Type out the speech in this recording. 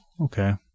Okay